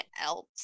else